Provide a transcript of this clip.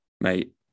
Mate